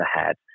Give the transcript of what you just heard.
ahead